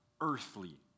earthly